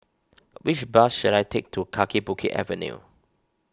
which bus should I take to Kaki Bukit Avenue